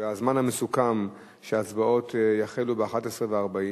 והזמן המסוכם הוא שההצבעות יחלו ב-23:40,